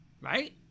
Right